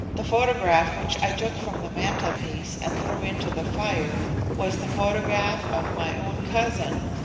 the photograph which i took from the mantelpiece and threw into the fire was the photograph of my own cousin.